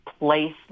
place